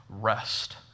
rest